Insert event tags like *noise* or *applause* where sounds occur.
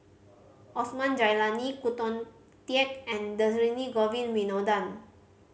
Osman Zailani Khoo *unintelligible* Teik and Dhershini Govin Winodan